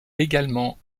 également